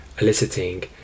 eliciting